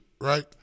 right